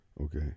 Okay